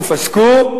ופסקו,